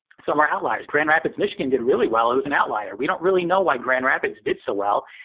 some are outliers. grand rapids, michigan, did really well. it was an outlier. we don't really know why grand rapids did so well.